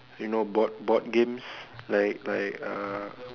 you know board board games like like uh